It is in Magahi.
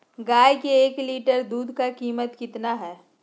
गाय के एक लीटर दूध का कीमत कितना है?